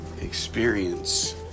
experience